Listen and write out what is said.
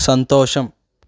సంతోషం